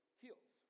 heals